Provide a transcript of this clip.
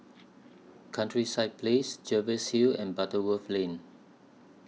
Countryside Place Jervois Hill and Butterworth Lane